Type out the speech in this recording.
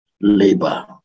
labor